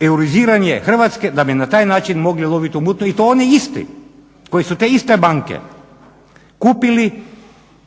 euriziranja Hrvatske da bi na taj način mogli lovit u mutnom i to oni isti koji su te iste banke kupili